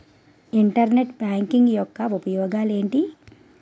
Internet banking యెక్క ఉపయోగాలు ఎంటి?